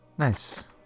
Nice